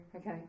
Okay